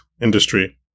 industry